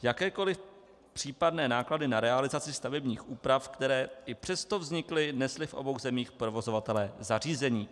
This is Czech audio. Jakékoli případné náklady na realizaci stavebních úprav, které i přesto vznikly, nesli v obou zemích provozovatelé zařízení.